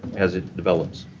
as it develops.